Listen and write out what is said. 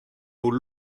aux